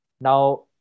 Now